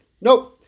Nope